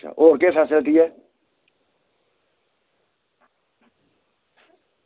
अच्छा होर केह् फेस्लिटी ऐ